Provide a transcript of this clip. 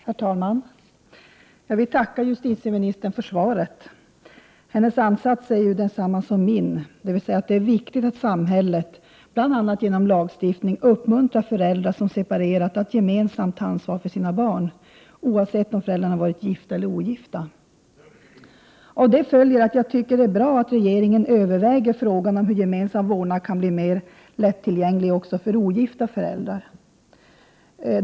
Herr talman! Jag vill tacka justitieministern för svaret. Hennes ansats är ju densamma som min, dvs. att det är viktigt att samhället, bl.a. genom lagstiftningen, uppmuntrar föräldrar som separerar att gemensamt ta ansvar för sina barn, oavsett om föräldrarna varit gifta eller ogifta. Av detta följer att jag tycker att det är bra att regeringen överväger frågan hur gemensam vårdnad kan bli mer lättillgänglig också för ogifta föräldrar.